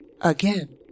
Again